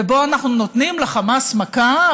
ובו אנחנו נותנים לחמאס מכה,